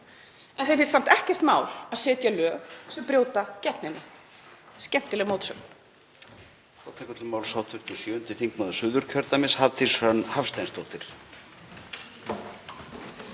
En þeim finnst samt ekkert mál að setja lög sem brjóta gegn henni. Skemmtileg mótsögn.